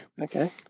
okay